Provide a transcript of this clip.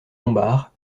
lombard